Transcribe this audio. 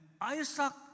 Isaac